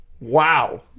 Wow